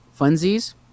funsies